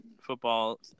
football